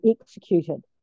Executed